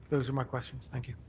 those are my questions, thank you.